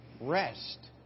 rest